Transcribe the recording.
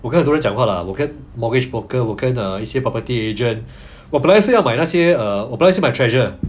我开始是讲话 lah 我跟 mortgage broker 跟 err 一些 property agent 我本来是要买那些我本来是买 treasure